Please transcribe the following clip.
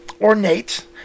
ornate